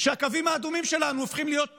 שהקווים האדומים שלנו הופכים להיות שקופים.